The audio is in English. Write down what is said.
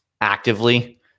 actively